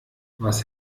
was